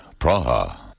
Praha